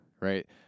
right